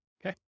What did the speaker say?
Okay